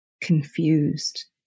confused